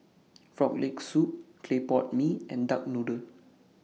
Frog Leg Soup Clay Pot Mee and Duck Noodle